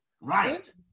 right